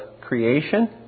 creation